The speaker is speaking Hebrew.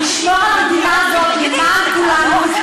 לשמור על המדינה הזאת למען כולנו,